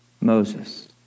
Moses